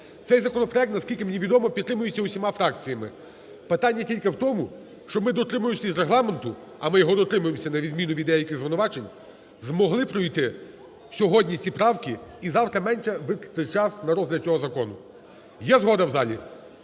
Цей законопроект, наскільки мені відомо, підтримується усіма фракціями. Питання тільки в тому, щоб ми дотримувались Регламенту, а ми його дотримуємося, на відміну від деяких звинувачень, змогли пройти сьогодні ці правки. І завтра менше витратити час на розгляд цього закону. Є згода в залі?